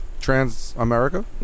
Trans-America